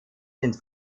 sind